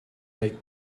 like